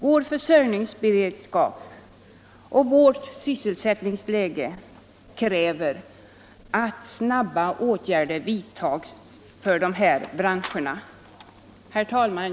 Vår försörjningsberedskap och vårt sysselsättningsläge — m.m. kräver att snabba åtgärder vidtas för de berörda branscherna.